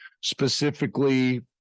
specifically